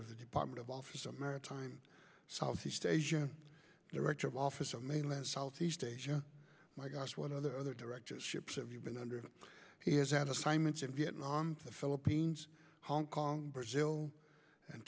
of the department of office of maritime southeast asia director of office of mainland southeast asia my gosh one of the other directorships have you been under he has had assignments in vietnam the philippines hong kong brazil and